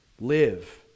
Live